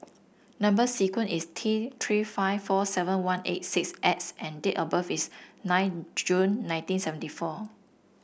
number sequence is T Three five four seven one eight six X and date of birth is nine June nineteen seventy four